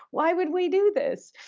why would we do this?